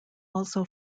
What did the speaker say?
also